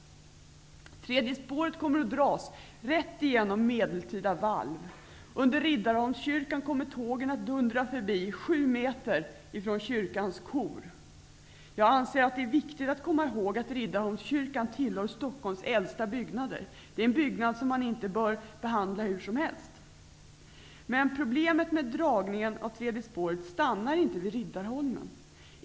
Tredje spåret kommer att dras rätt igenom medeltida valv. Under Riddarholmskyrkan kommer tågen att dundra förbi 7 meter ifrån kyrkans kor. Jag anser att det är viktigt att komma ihåg att Riddarholmskyrkan är en av Stockholms äldsta byggnader. Det är en byggnad som man inte bör behandla hur som helst. Men problemen med dragningen av tredje spåret stannar inte vid Riddarholmen.